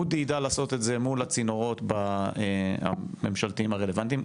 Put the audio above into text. אודי יידע לעשות את זה מול הצינורות הממשלתיים הרלוונטיים.